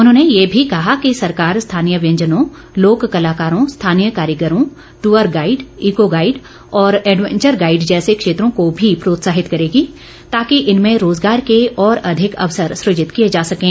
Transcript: उन्होंने ये भी कहा कि सरकार स्थानीय व्यंजनों लोक कलाकारों स्थानीय कारीगरों ट्अर गाईड इको गाईड और एडयेंचर गाईड जैसे क्षेत्रों को भी प्रोत्साहित करेगी ताकि इनमें रोजगार के और अधिक अवसर सुजित किए जा सकें